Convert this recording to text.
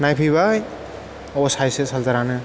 नायफैबाय असाइसो चारजारानो